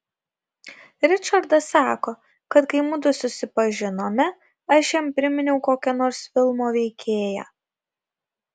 ričardas sako kad kai mudu susipažinome aš jam priminiau kokią nors filmo veikėją